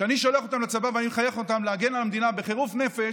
כשאני שולח אותם לצבא ואני מחנך אותם להגן על המדינה בחירוף נפש,